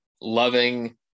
loving